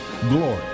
glory